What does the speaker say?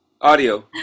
audio